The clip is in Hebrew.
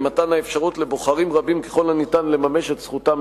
מתן האפשרות לבוחרים רבים ככל הניתן לממש את זכותם